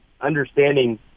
understanding